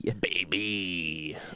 baby